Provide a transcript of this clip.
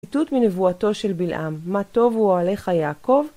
ציטוט מנבואתו של בלעם, מה טובו אוהליך יעקב